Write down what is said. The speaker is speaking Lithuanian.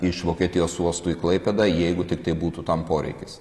iš vokietijos uostų į klaipėdą jeigu tiktai būtų tam poreikis